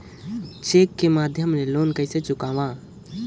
Cheque के माध्यम ले लोन कइसे चुकांव?